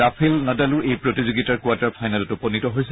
Rafale নাডালো এই প্ৰতিযোগিতাৰ কোৱাৰ্টাৰ ফাইনেলত উপনীত হৈছে